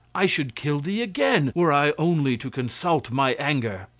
i should kill thee again, were i only to consult my anger.